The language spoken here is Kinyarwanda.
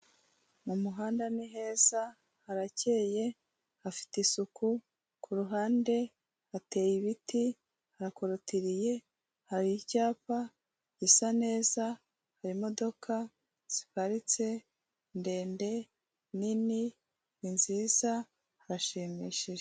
Mu muhanda ni heza, harakeye, hafite isuku, ku ruhande hateye ibiti, harakorotiriye, hari icyapa gisa neza, hari imodoka ziparitse, ndende, nini, ni nziza, harashimishije.